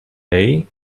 day